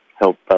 help